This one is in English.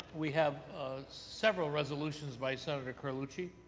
we have several resolutions by senator carlucci.